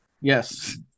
Yes